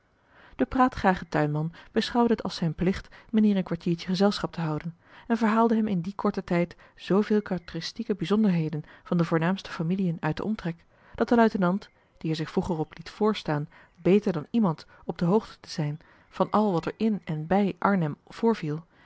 de praatgrage tuinman beschouwde het als zijn plicht mijnheer een kwartiertje gezelschap te houden en verhaalde hem in dien korten tijd zoovele karakteristieke bijzonderheden van de voornaamste familiën uit den omtrek dat de luitenant die er zich vroeger op liet voorstaan beter dan iemand op de hoogte te zijn van al wat er in en bij arnhem voorviel